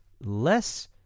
less